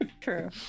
True